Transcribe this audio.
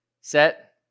set